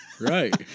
Right